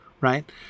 right